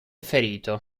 ferito